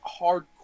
hardcore